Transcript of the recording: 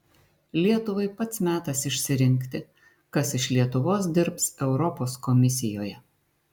lietuvai pats metas išsirinkti kas iš lietuvos dirbs europos komisijoje